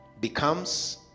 becomes